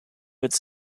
its